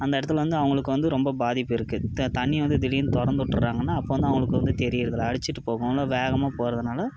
அந்த இடத்துல வந்து அவங்களுக்கு வந்து ரொம்ப பாதிப்பு இருக்கு தண்ணி வந்து திடீர்னு திறந்து விட்டுர்றாங்கன்னா அப்போ வந்து அவங்களுக்கு வந்து தெரியறது இல்லை அடிச்சிகிட்டு போகும்ல வேகமாக போறதுனால்